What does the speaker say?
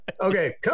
Okay